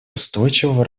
устойчивого